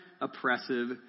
oppressive